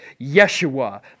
Yeshua